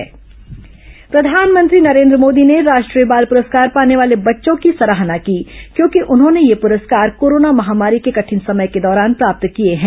प्रधानमंत्री राष्ट्रीय बाल पुरस्कार प्रधानमंत्री नरेन्द्र मोदी ने राष्ट्रीय बाल पुरस्कार पाने वाले बच्चों की सराहना की क्योंकि उन्होंने ये पुरस्कार कोरोना महामारी के कठिन समय के दौरान प्राप्त किए हैं